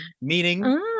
meaning